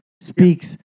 speaks